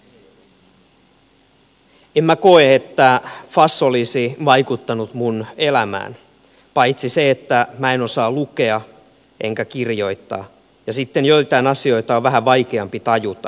en mä koe että fas olisi vaikuttanut mun elämään paitsi se että mä en osaa lukea enkä kirjoittaa ja sitten joitain asioita on vähän vaikeampi tajuta